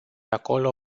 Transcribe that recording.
acolo